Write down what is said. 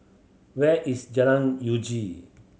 where is Jalan Uji